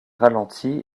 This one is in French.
ralenti